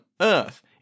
earth